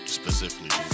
specifically